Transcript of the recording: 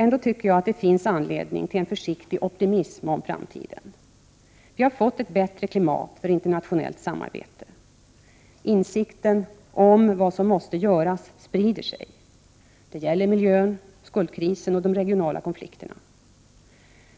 Ändå tycker jag att det finns anledning till en försiktig optimism inför framtiden. Vi har fått ett bättre klimat för internationellt samarbete. Insikten om vad som måste göras | sprider sig. Det gäller miljön, skuldkrisen och de regionala konflikterna.